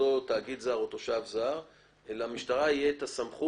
תאגיד זר או תושב זר תהיה למשטרה סמכות